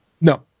No